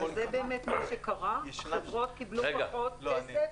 זה באמת מה שקרה, החברות קיבלו פחות כסף?